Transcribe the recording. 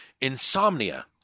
Insomnia